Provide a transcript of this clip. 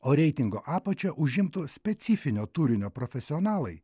o reitingo apačią užimtų specifinio turinio profesionalai